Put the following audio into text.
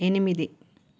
ఎనిమిది